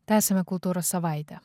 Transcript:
tęsiame kultūros savaitę